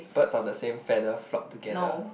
birds of the same feather flock together